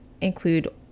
include